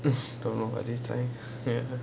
don't know about this time ya